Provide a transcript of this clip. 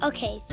Okay